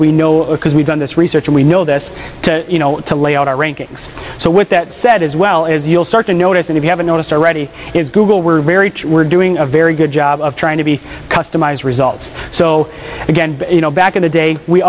we know because we've done this research and we know this you know to lay out our rankings so with that said as well as you'll start to notice and if you haven't noticed already is google we're very we're doing a very good job of trying to be customized results so again you know back in the day we